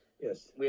yes